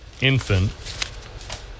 infant